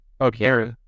okay